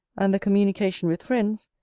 and the communication with friends,